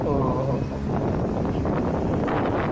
ଓ ହୋ ହୋ ହୁଁ ହେଉ